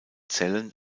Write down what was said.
zellen